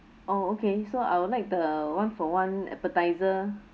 oh okay so I would like the one for one appetiser